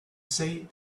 say